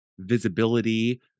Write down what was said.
visibility